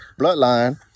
bloodline